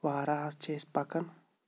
واراہَس چھِ أسۍ پَکان